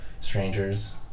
strangers